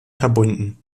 verbunden